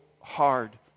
hard